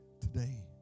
today